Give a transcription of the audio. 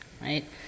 right